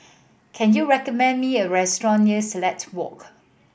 can you recommend me a restaurant near Silat Walk